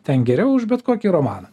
ten geriau už bet kokį romaną